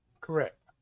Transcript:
Correct